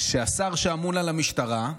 שבו השר שאמון על המשטרה,